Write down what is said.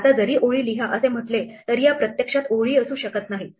आता जरी ओळी लिहा असे म्हटले तरी या प्रत्यक्षात ओळी असू शकत नाहीत